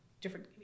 different